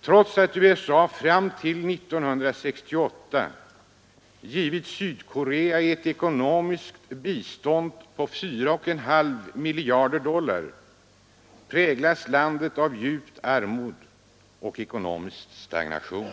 Trots att USA fram till 1968 givit Sydkorea ett ekonomiskt bistånd på 4,5 miljarder dollar, präglas landet av djupt armod och ekonomisk stagnation.